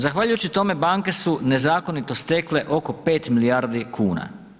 Zahvaljujući tome banke su nezakonito stekle oko 5 milijardi kuna.